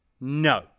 no